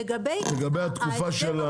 לגבי התקופה?